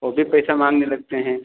ओ भी पैसा माँगने लगते हैं